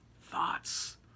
thoughts